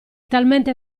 talmente